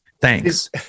Thanks